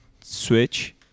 switch